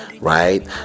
right